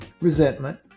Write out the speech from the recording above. Resentment